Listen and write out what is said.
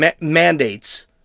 mandates